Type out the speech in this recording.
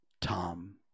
Tom